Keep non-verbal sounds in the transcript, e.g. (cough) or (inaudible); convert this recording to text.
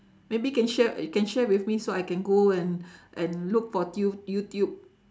maybe can sha~ can share with me so I can go and (breath) and look for tu~ youtube